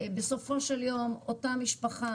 בסופו של יום אותה משפחה,